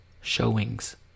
showings